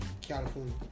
California